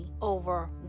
over